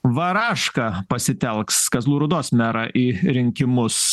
varašką pasitelks kazlų rūdos merą į rinkimus